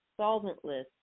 solventless